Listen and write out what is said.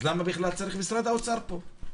אז למה בכלל צריך את משרד האוצר פה?